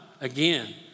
again